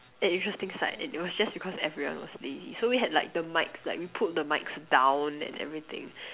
an interesting sight and it was just because everyone was lazy so we had like the mikes like we pulled the mikes down and everything